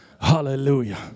Hallelujah